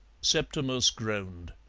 septimus groaned.